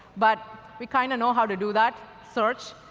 but we kind of know how to do that search.